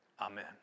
Amen